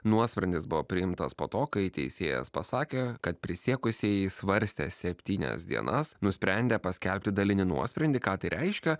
nuosprendis buvo priimtas po to kai teisėjas pasakė kad prisiekusieji svarstė septynias dienas nusprendę paskelbti dalinį nuosprendį ką tai reiškia